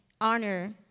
honor